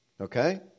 Okay